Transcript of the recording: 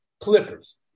Clippers